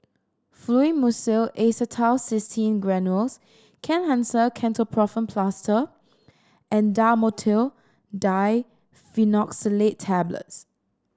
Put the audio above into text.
Fluimucil Acetylcysteine Granules Kenhancer Ketoprofen Plaster and Dhamotil Diphenoxylate Tablets